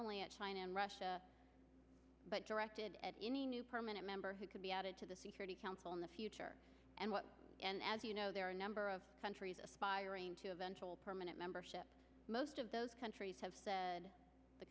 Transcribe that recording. only at china and russia but directed at any new permanent member who could be added to the security council in the future and what as you know there are a number of countries aspiring to eventual permanent membership most of those countries have said the